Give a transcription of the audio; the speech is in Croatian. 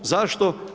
Zašto?